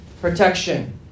protection